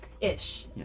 Ish